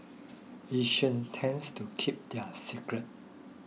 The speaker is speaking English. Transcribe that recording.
Asians tends to keep their secrets